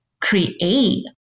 create